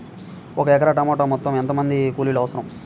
ఒక ఎకరా టమాటలో మొత్తం ఎంత మంది కూలీలు అవసరం?